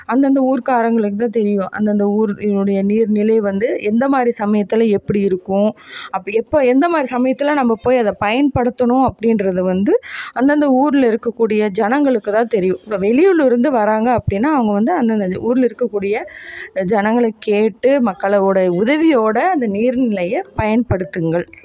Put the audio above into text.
அந்தந்த ஊர் காரங்களுக்குத்தான் தெரியும் அந்ததந்த ஊரினுடைய நீர் நிலை வந்து எந்த மாதிரி சமையத்தில் எப்படி இருக்கும் அப்போ எப்போ எந்த மாதிரி சமயத்தில் நம்ம போய் அதை பயன்படுத்தணும் அப்படின்றது வந்து அந்தந்த ஊரில் இருக்கக்கூடிய ஜனங்களுக்கு தான் தெரியும் இந்த வெளியூர்லேருந்து வராங்க அப்படினா அவங்க வந்து அந்தந்த ஊரில் இருக்கக்கூடிய ஜனங்களை கேட்டு மக்களளோடய உதவியோடு அந்த நீர் நிலையை பயன்படுத்துங்கள்